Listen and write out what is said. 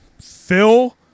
Phil